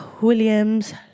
Williams